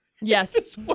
Yes